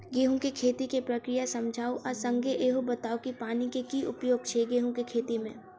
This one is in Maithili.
गेंहूँ केँ खेती केँ प्रक्रिया समझाउ आ संगे ईहो बताउ की पानि केँ की उपयोग छै गेंहूँ केँ खेती में?